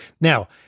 Now